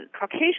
Caucasian